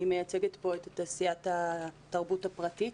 אני מייצגת כאן את תעשיית התרבות הפרטית.